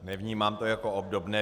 Nevnímám to jako obdobné.